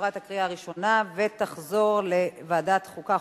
עברה את הקריאה הראשונה ותחזור לוועדת החוקה,